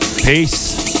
Peace